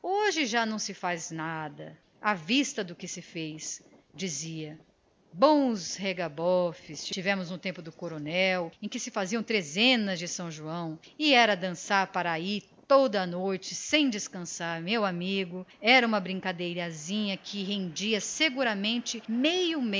joão hoje não se faz nada à vista do que já se fez dizia bons rega bofes tivemos no tempo do coronel em que se faziam novenas e trezenas de são joão e era dançar pra aí toda a noite sem descansar meu amigo era uma brincadeirazinha que rendia seguramente meio